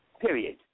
Period